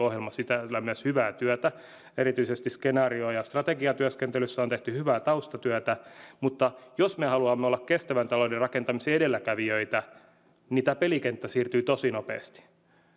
ohjelma sisällä myös hyvää työtä erityisesti skenaario ja strategiatyöskentelyssä on tehty hyvää taustatyötä mutta jos me haluamme olla kestävän talouden rakentamisen edelläkävijöitä niin tämä pelikenttä siirtyy tosi nopeasti